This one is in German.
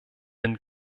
den